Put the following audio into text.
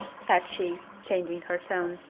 said she, changing her tone,